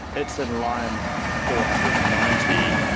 it's in line four hundred and ninety,